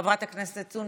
חבר הכנסת אוסאמה סעדי בעד,